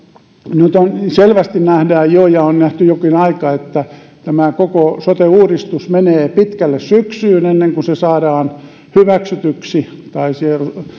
nyt selvästi nähdään jo ja on nähty jonkin aikaa että koko sote uudistus menee pitkälle syksyyn ennen kuin se saadaan hyväksytyksi taisi